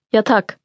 Yatak